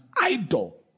idol